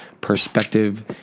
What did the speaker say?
perspective